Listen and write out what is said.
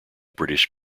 british